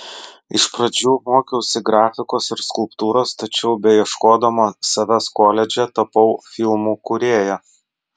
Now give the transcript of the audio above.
iš pradžių mokiausi grafikos ir skulptūros tačiau beieškodama savęs koledže tapau filmų kūrėja